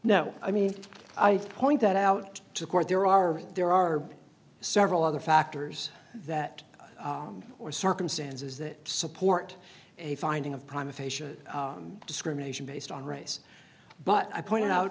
no i mean i point that out to court there are there are several other factors that or circumstances that support a finding of prime aphasia discrimination based on race but i pointed out